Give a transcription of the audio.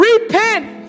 Repent